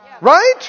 Right